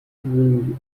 ring